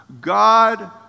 God